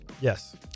yes